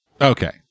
Okay